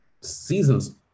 seasons